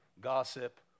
gossip